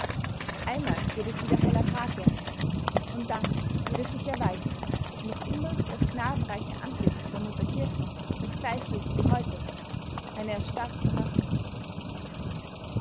einmal wird es wieder heller tag werden und dann wird es sich erweisen ob noch immer das gnadenreiche antlitz der mutter kirche das gleiche ist wie heute eine erstarrte maske